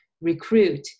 recruit